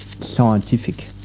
scientific